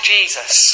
Jesus